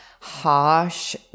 harsh